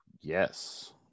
yes